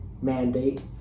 Mandate